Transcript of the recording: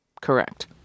correct